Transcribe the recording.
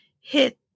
hit